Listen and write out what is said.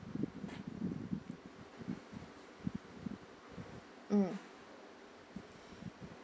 mm